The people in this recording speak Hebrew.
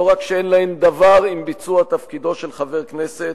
לא רק שאין להן דבר עם ביצוע תפקידו של חבר הכנסת,